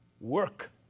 work